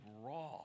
raw